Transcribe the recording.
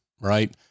right